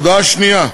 הודעה שנייה: